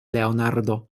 leonardo